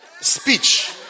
Speech